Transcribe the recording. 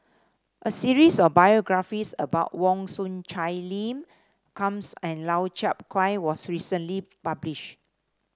a series of biographies about Wong Chong Sai Lim and Lau Chiap Khai was recently published